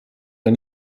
wir